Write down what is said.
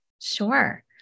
Sure